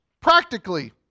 practically